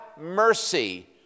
mercy